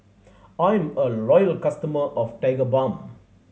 I'm a loyal customer of Tigerbalm